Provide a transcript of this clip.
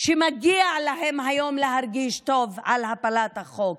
שמגיע להם היום להרגיש טוב על הפלת החוק,